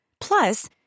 Plus